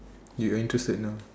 you are interested now